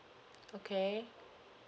okay